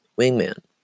wingman